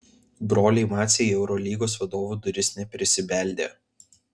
broliai maciai į eurolygos vadovų duris neprisibeldė